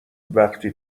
وقتی